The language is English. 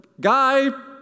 guy